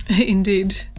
Indeed